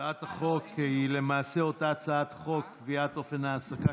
הצעת החוק היא למעשה אותה הצעת חוק: קביעת אופן ההעסקה